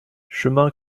chemin